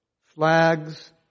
Flags